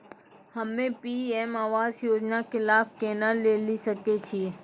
हम्मे पी.एम आवास योजना के लाभ केना लेली सकै छियै?